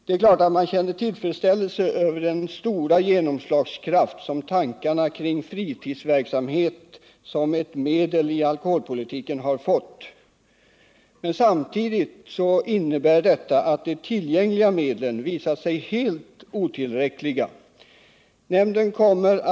Det är klart att man då kände tillfredsställelse över den stora genomslagskraft som tankarna kring fritidsverksamhet som ett medel i alkoholpolitiken har fått, men detta innebär samtidigt att de tillgängliga medlen visat sig helt otillräckliga.